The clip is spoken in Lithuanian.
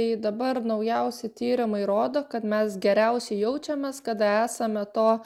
tai dabar naujausi tyrimai rodo kad mes geriausiai jaučiamės kada esame to